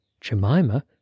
Jemima